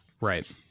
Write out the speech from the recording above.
Right